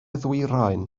ddwyrain